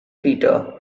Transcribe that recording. peter